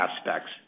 aspects